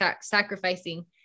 sacrificing